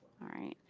alright.